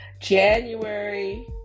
January